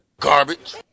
garbage